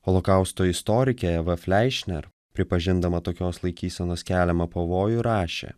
holokausto istorikė eva fleišner pripažindama tokios laikysenos keliamą pavojų rašė